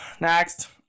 Next